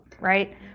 Right